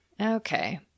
Okay